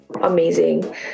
amazing